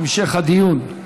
המשך הדיון.